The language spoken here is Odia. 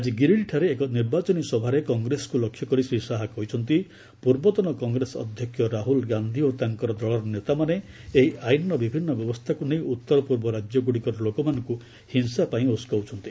ଆଜି ଗିରିଡ଼ିହଠାରେ ଏକ ନିର୍ବାଚନୀ ସଭାରେ କଂଗ୍ରେସକୁ ଲକ୍ଷ୍ୟ କରି ଶ୍ରୀ ସାହା କହିଛନ୍ତି ପୂର୍ବତନ କଂଗ୍ରେସ ଅଧ୍ୟକ୍ଷ ରାହୁଲ ଗାନ୍ଧି ଓ ତାଙ୍କର ଦଳର ନେତାମାନେ ଏହି ଆଇନ୍ର ବିଭିନ୍ନ ବ୍ୟବସ୍ଥାକୁ ନେଇ ଉତ୍ତରପୂର୍ବ ରାଜ୍ୟଗୁଡ଼ିକର ଲୋକମାନଙ୍କୁ ହିଂସା ପାଇଁ ଉସକଉଛନ୍ତି